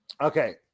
Okay